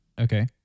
Okay